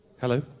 Hello